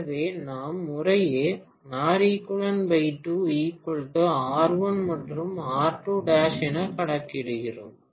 எனவே நாம் முறையே Req 2 R1 மற்றும் R2 'என கணக்கிடுகிறோம்